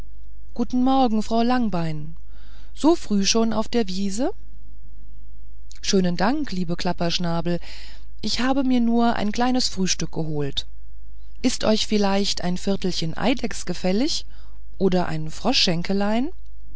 guten morgen frau langbein so früh schon auf der wiese schönen dank liebe klapperschnabel ich habe mir nur ein kleines frühstück geholt ist euch vielleicht ein viertelchen eidechs gefällig oder ein